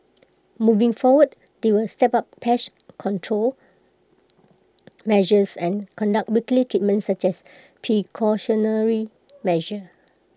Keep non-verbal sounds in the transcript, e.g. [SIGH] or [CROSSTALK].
moving forward they will step up pest control [NOISE] measures and conduct weekly treatments as A precautionary measure